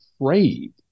afraid